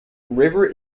river